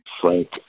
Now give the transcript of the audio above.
Frank